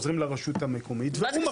עוזרים לרשות המקומית והוא מחזיר.